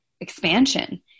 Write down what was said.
expansion